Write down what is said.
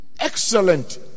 excellent